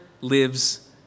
lives